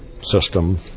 system